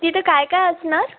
तिथं काय काय असणार